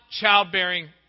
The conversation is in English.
childbearing